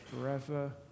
forever